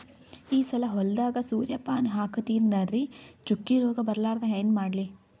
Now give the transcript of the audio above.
ಈ ಸಲ ಹೊಲದಾಗ ಸೂರ್ಯಪಾನ ಹಾಕತಿನರಿ, ಚುಕ್ಕಿ ರೋಗ ಬರಲಾರದಂಗ ಏನ ಮಾಡ್ಲಿ?